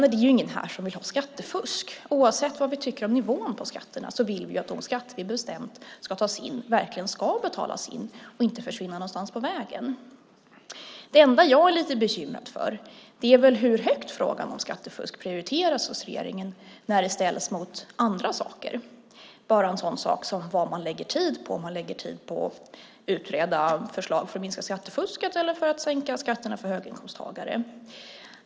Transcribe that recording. Det är ingen här som vill ha skattefusk. Oavsett vad vi tycker om nivån på skatterna vill vi att de skatter vi har bestämt ska tas in verkligen betalas in och inte försvinner någonstans på vägen. Det enda jag är lite bekymrad över är hur högt frågan om skattefusk prioriteras hos regeringen när den ställs mot andra saker. Det kan vara en sak som vad man lägger tid på, om man lägger tid på att utreda förslag om att minska skattefusket eller på att sänka skatterna för höginkomsttagare.